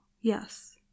yes